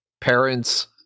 parents